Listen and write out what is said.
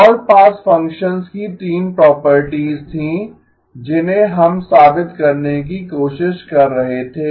all pass functions की 3 properties थी जिन्हें हम साबित करने की कोशिश कर रहे थे